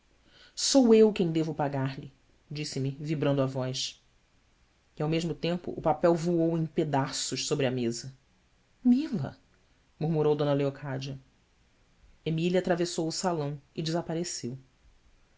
sou eu quem devo pagar-lhe disse-me vibrando a voz e ao mesmo tempo o papel voou em pedaços sobre a mesa ila murmurou d leocádia emília atravessou o salão e desapareceu